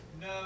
no